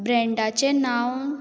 ब्रँडाचें नांव